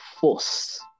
force